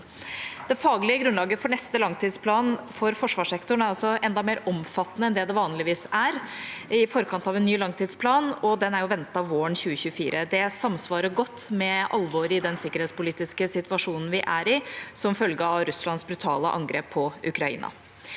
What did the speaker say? Det faglige grunnlaget for neste langtidsplan for forsvarssektoren er enda mer omfattende enn det det vanligvis er i forkant av en ny langtidsplan. Den er ventet våren 2024. Det samsvarer godt med alvoret i den sikkerhetspolitiske situasjonen vi er i som følge av Russlands brutale angrep på Ukraina.